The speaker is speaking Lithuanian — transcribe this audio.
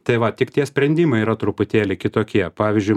tai va tik tie sprendimai yra truputėlį kitokie pavyzdžiui